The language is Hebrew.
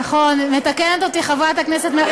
"אני הבאתי" נכון, מתקנת אותי חברת הכנסת.